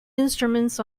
instruments